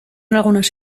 algunos